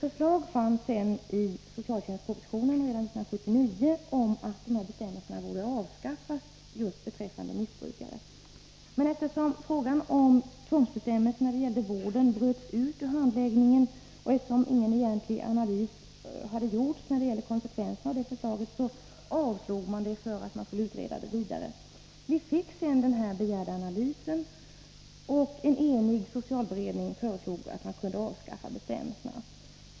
Det fanns sedan förslag i socialtjänstpropositionen år 1979 om att bestämmelserna beträffande missbrukare borde avskaffas. Eftersom frågan om tvångsbestämmelser när det gällde vården bröts ut ur handläggningen och eftersom ingen egentlig analys hade gjorts av konsekvenserna av förslaget, avslogs förslaget för att frågan skulle utredas vidare. Vi fick sedan den begärda analysen, och en enig socialberedning föreslog ett avskaffande av bestämmelserna.